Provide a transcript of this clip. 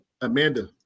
Amanda